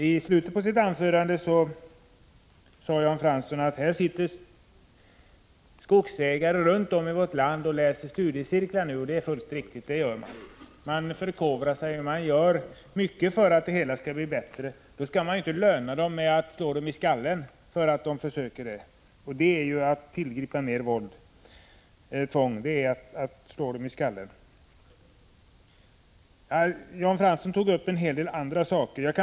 I slutet av sitt anförande sade Jan Fransson att skogsägare runt om i vårt land nu deltar i studiecirklar — det är helt riktigt; det gör de. De förkovrar sig och gör mycket för att det skall bli bättre. Man skall då inte löna dem med att slå dem i skallen för att de försöker, och det gör man genom att tillgripa mer tvång. Jan Fransson tog upp en hel del andra saker.